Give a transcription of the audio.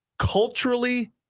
Culturally